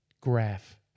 graph